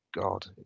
god